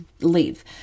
leave